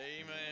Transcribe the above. Amen